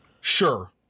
Sure